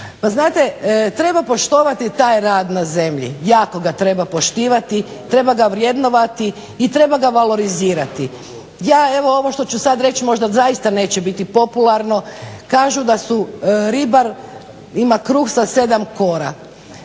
Pa znate, treba poštovati taj rad na zemlji, jako ga treba poštivati. Treba ga vrednovati i treba ga valorizirati. Ja evo ovo što ću sad reći možda zaista neće biti popularno kažu da su ribar ima kruh sa 7 kora.